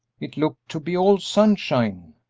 it looked to be all sunshine,